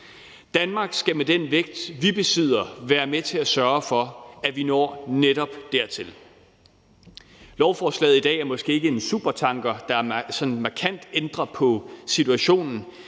Danmark skal med den vægt, vi besidder, være med til at sørge for, at vi når netop dertil. Lovforslaget i dag er måske ikke en supertanker, der sådan markant ændrer på situationen,